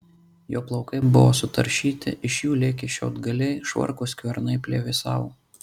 jo plaukai buvo sutaršyti iš jų lėkė šiaudgaliai švarko skvernai plevėsavo